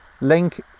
link